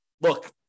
look